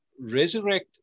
resurrect